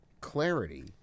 clarity